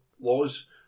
laws